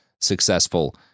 successful